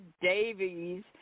Davies